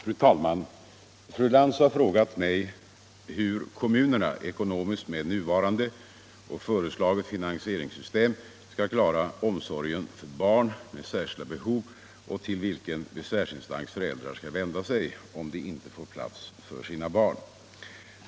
Fru talman! Fru Lantz har frågat mig hur kommunerna ekonomiskt med nuvarande och föreslaget finansieringssystem skall klara omsorgen för barn med särskilda behov och till vilken besvärsinstans föräldrar skall vända sig om de inte får plats för sina barn.